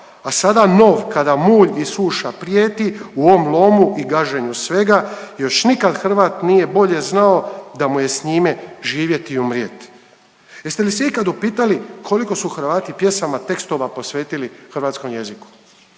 a sada nov kada mulj i suša prijeti u ovom lomu i gaženju svega još nikad Hrvat nije bolje znao da mu je s njime živjeti i umrijeti. Jeste li se ikad upitali koliko su Hrvati pjesama, tekstova posvetili hrvatskom jeziku?